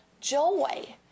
joy